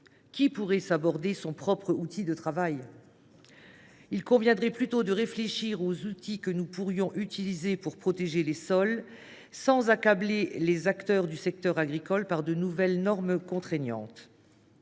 Qui pourrait saborder son propre outil de travail ? Il conviendrait plutôt de réfléchir aux moyens à mettre en œuvre pour protéger les sols sans accabler les acteurs du secteur agricole par de nouvelles normes contraignantes.